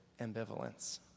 ambivalence